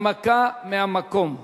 הנמקה מהמקום.